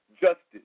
justice